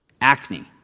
acne